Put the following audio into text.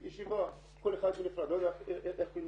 ישיבה, כל אחד בנפרד" לא יודע איך קוראים